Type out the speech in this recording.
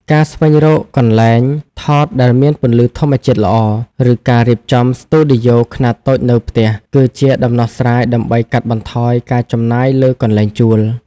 ការស្វែងរកកន្លែងថតដែលមានពន្លឺធម្មជាតិល្អ ឬការរៀបចំស្ទូឌីយោខ្នាតតូចនៅផ្ទះ គឺជាដំណោះស្រាយដើម្បីកាត់បន្ថយការចំណាយលើកន្លែងជួល។